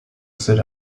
set